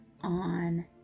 on